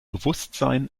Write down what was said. bewusstsein